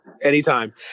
anytime